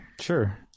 Sure